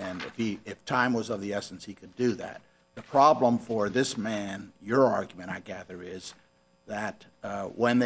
and repeat if time was of the essence he could do that the problem for this man your argument i gather is that when